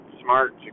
smart